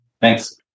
Thanks